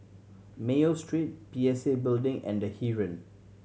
Mayo Street P S A Building and The Heeren